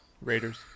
Raiders